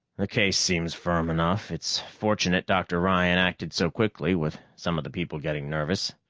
the case seems firm enough. it's fortunate dr. ryan acted so quickly, with some of the people getting nervous.